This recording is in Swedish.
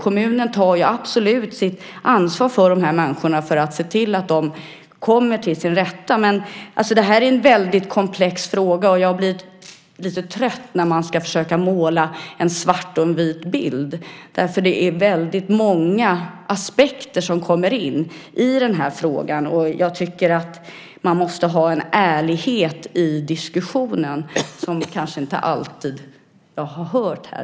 Kommunen tar absolut sitt ansvar för att dessa människor ska finna sig till rätta. Det är en väldigt komplex fråga. Jag blir trött när man försöker måla en svartvit bild. Det är väldigt många aspekter som kommer in. Man måste ha en ärlighet i diskussionen som jag kanske inte alltid har hört här.